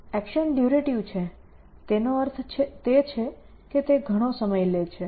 action durative છે તેનો અર્થ એ કે તે ઘણો સમય લે છે